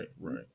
right